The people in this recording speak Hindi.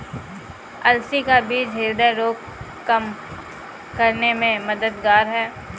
अलसी का बीज ह्रदय रोग कम करने में मददगार है